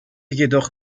jedoch